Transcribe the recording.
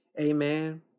amen